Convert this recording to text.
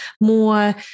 more